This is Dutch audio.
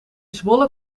zwolle